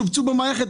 שובצו במערכת,